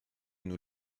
nous